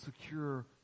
secure